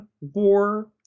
war